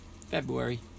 February